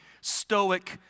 stoic